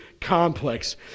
complex